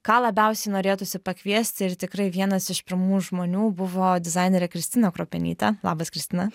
ką labiausiai norėtųsi pakviesti ir tikrai vienas iš pirmųjų žmonių buvo dizainerė kristina kruopienytė labas kristina